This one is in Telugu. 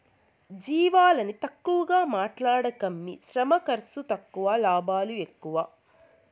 జీవాలని తక్కువగా మాట్లాడకమ్మీ శ్రమ ఖర్సు తక్కువ లాభాలు ఎక్కువ